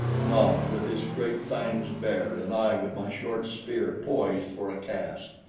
nobs with his great fangs bared and i with my short spear poised for a cast.